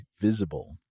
Visible